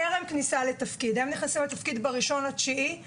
וטרם כניסתם לתפקיד ב-1 בספטמבר הם